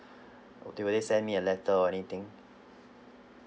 okay will they send me a letter or anything